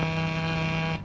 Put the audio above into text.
and